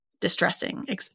distressing